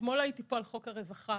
אתמול הייתי פה בנושא חוק הרווחה.